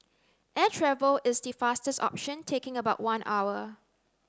air travel is the fastest option taking about one hour